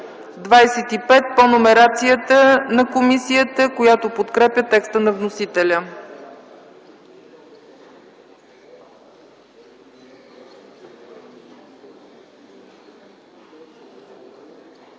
35 по номерацията на комисията, в подкрепа текста на вносителя.